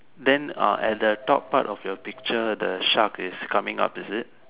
then ah at the top part of your picture the shark is coming up is it